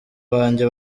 banjye